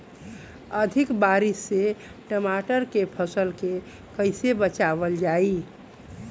अधिक बारिश से टमाटर के फसल के कइसे बचावल जाई?